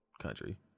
country